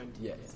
Yes